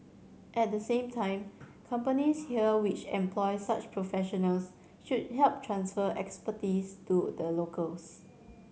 at the same time companies here which employ such professionals should help transfer expertise to the locals